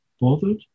bothered